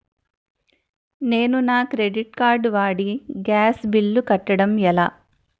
నేను నా credit card వాడి గ్యాస్ బిల్లు కట్టడం ఎలా?